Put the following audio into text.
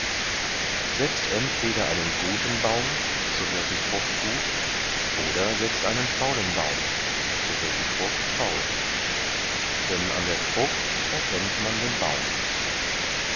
setzt entweder einen guten baum so wird die frucht gut oder setzt einen faulen baum so wird die frucht faul denn an der frucht erkennt man den baum